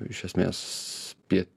iš esmės pie